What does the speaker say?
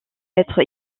être